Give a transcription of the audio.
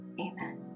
amen